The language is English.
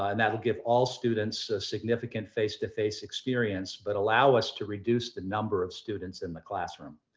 ah and that will give all students significant face-to-face experience but allow us to reduce the number of students in the classroom.